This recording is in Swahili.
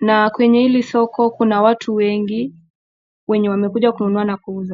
na kwenye hili soko kuna watu wengi wenye wamekuja kununua na kuuza.